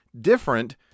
different